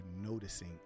noticing